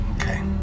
okay